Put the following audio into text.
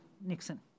Nixon